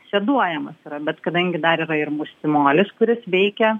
seduojamas yra bet kadangi dar ir ir mustimololis kuris veikia